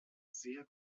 sehr